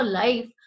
life